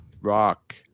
Rock